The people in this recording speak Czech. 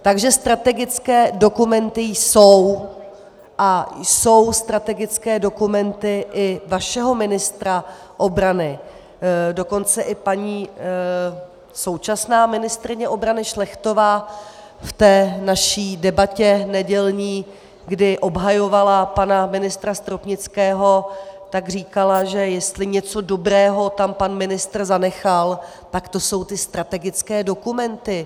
Takže strategické dokumenty jsou a jsou strategické dokumenty i vašeho ministra obrany, dokonce i paní současná ministryně obrany Šlechtová v té naší nedělní debatě, kdy obhajovala pana ministra Stropnického, říkala, že jestli tam něco dobrého pan ministr zanechal, tak to jsou ty strategické dokumenty.